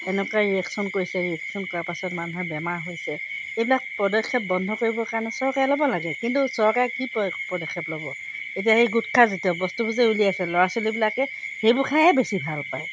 এনেকুৱা ৰিয়েকশ্যন কৰিছে ৰিয়েকশ্যন কৰাৰ পাছত মানুহে বেমাৰ হৈছে এইবিলাক পদক্ষেপ বন্ধ কৰিবৰ কাৰণে চৰকাৰে ল'ব লাগে কিন্তু চৰকাৰে কি প পদক্ষেপ ল'ব এতিয়া সেই গোটখা জাতীয় বস্তুবোৰ যে উলিয়াইছে ল'ৰা ছোৱালীবিলাকে সেইবোৰ খায়হে বেছি ভাল পায়